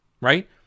right